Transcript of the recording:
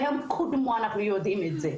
והם קודמו, אנחנו יודעים את זה.